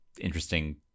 interesting